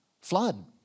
flood